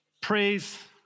praise